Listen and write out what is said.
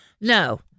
no